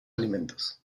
alimentos